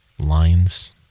lines